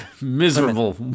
Miserable